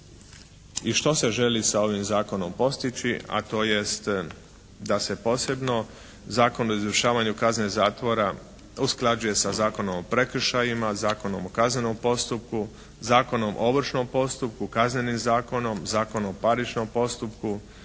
i što se želi sa ovim zakonom postići, a to jest da se posebno Zakon o izvršavanju kazne zatvora usklađuje sa Zakonom o prekršajima, Zakonom o kaznenom postupku, Zakonom o ovršnom postupku, Kaznenim zakonom, Zakonom o parničnom postupku,